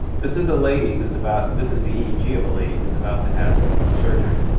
this is a lady who's about this is the eeg of a lady who's about to have surgery.